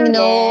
no